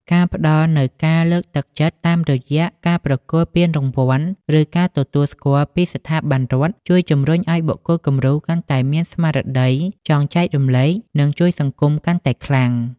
ការផ្ដល់នូវការលើកទឹកចិត្តតាមរយៈការប្រគល់ពានរង្វាន់ ឬការទទួលស្គាល់ពីស្ថាប័នរដ្ឋ ជួយជំរុញឱ្យបុគ្គលគំរូកាន់តែមានស្មារតីចង់ចែករំលែក និងជួយសង្គមកាន់តែខ្លាំង។